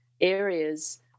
areas